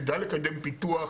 תדע לקדם פיתוח,